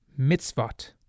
mitzvot